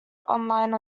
online